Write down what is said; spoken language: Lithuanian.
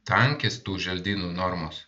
tankis tų želdynų normos